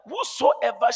whosoever